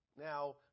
now